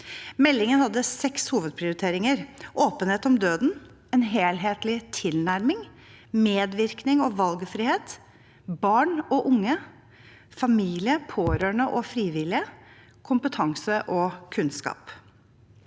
Meldingen hadde seks hovedprioriteringer: åpenhet om døden; en helhetlig tilnærming; medvirkning og valgfrihet; barn og unge; familie, pårørende og frivillige; kompetanse og kunnskap.